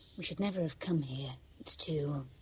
we should never have come here. it's too,